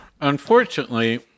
Unfortunately